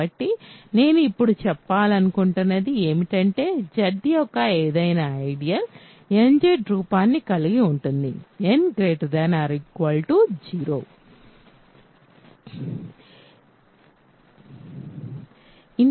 కాబట్టి నేను ఇప్పుడు చెప్పాలనుకుంటున్నది ఏమిటంటే Z యొక్క ఏదైనా ఐడియల్ nZ రూపాన్ని కలిగి ఉంటుంది n 0